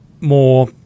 more